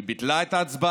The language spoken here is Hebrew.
היא ביטלה את ההצבעה